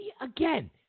Again